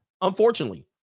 Unfortunately